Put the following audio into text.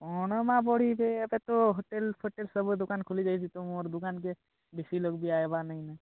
କ'ଣ ମା' ବଢ଼ି ଯେ ଏବେ ତ ହୋଟେଲ୍ଫୋଟେଲ୍ ସବୁ ଦୋକାନ ଖୋଲି ଯାଇଛେ ତ ମୋର ଦୋକାନ୍କେ ବେଶୀ ଲୋକ ବି ଆଇବା ନାଇଁ ନା